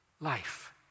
life